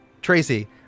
Tracy